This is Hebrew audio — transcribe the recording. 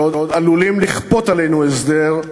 ועוד עלולים לכפות עלינו הסדר,